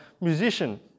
musician